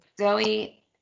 Zoe